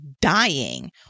dying